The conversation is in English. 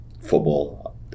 football